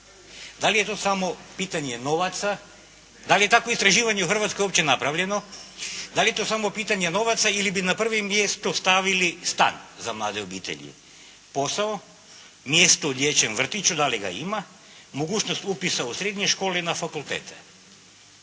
Da li je to samo pitanje novaca, da li je takvo istraživanje u Hrvatskoj uopće napravljeno, da li je to samo pitanje novaca ili bi na prvo mjesto stavili stan za mlade obitelji, posao, mjesto u dječjem vrtiću, da li ga ima, mogućnost upisa u srednje škole, na fakultet?